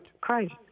Christ